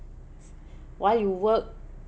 while you work